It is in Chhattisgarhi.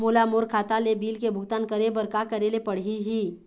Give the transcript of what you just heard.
मोला मोर खाता ले बिल के भुगतान करे बर का करेले पड़ही ही?